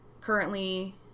currently